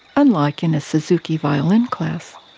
unlike in a suzuki violin class,